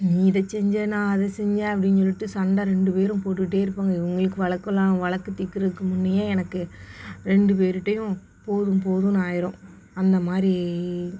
நீ இதை செஞ்ச நான் அதை செஞ்சேன் அப்படின்னு சொல்லிட்டு சண்டை ரெண்டு பேரும் போட்டுக்கிட்டு இருப்பாங்க இவங்களுக்கு வழக்குலாம் வழக்கு தீர்க்குறத்துக்கு முன்னையே எனக்கு ரெண்டு பேருகிட்டையும் போதும் போதுன்னு ஆயிடும் அந்த மாதிரி